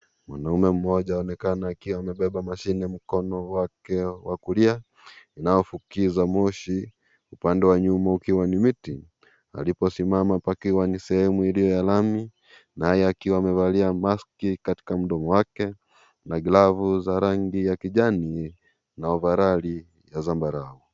Mwanamme mmoja aonekana akiwa amebeba mashine mkono wake wa kulia, unaofukiza moshi, upande wa nyuma ukiwa ni miti. Aliposimama pakiwa ni sehemu iliyo la lami, naye akiwa amevalia maski katika mdomo wake, na glavu za rangi ya kijani na ovarali ya zambarau.